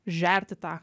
žerti tą